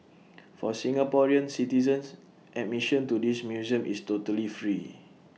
for Singaporean citizens admission to this museum is totally free